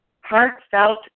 Heartfelt